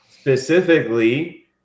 specifically